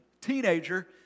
teenager